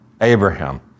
Abraham